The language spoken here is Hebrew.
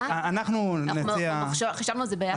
אנחנו חישבנו את זה ביחד.